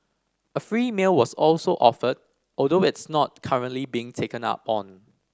a free meal was also offered although it's not currently being taken up on